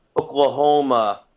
Oklahoma